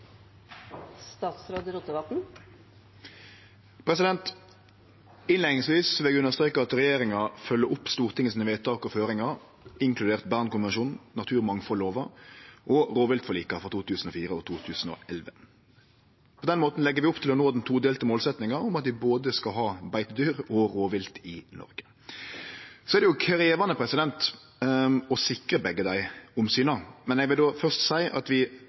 føringar, inkludert Bern-konvensjonen, naturmangfaldlova og rovviltforlika frå 2004 og 2011. På den måten legg vi opp til å nå den todelte målsetjinga om at vi både skal ha beitedyr og rovvilt i Noreg. Så er det krevjande å sikre begge desse omsyna, men då vil eg først seie at vi